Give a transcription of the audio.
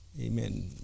Amen